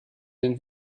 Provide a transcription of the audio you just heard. den